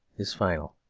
is final.